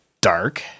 dark